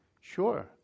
Sure